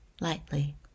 lightly